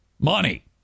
Money